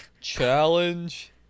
Challenge